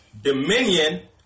dominion